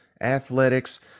Athletics